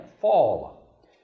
fall